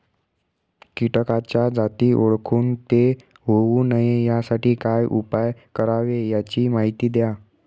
किटकाच्या जाती ओळखून ते होऊ नये यासाठी काय उपाय करावे याची माहिती द्या